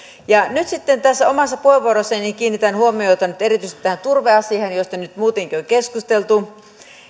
nyt sitten tässä omassa puheenvuorossani kiinnitän huomiota erityisesti tähän turveasiaan josta nyt muutenkin on jo keskusteltu